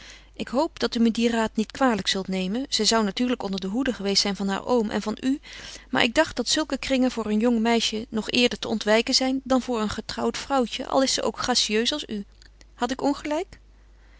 ik hoop dat u me dien raad niet kwalijk zult nemen zij zou natuurlijk onder de hoede geweest zijn van haar oom en van u maar ik dacht dat zulke kringen voor een jong meisje nog eerder te ontwijken zijn dan voor een getrouwd vrouwtje al is ze ook gracieus als u had ik ongelijk